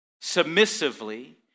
submissively